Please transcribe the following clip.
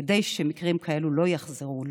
כדי שמקרים כאלה לא יחזרו,